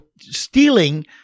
stealing